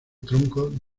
tronco